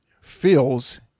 feels